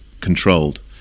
controlled